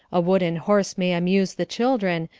a wooden horse may amuse the children,